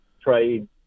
trade